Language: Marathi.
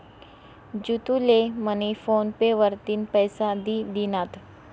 जितू ले मनी फोन पे वरतीन पैसा दि दिनात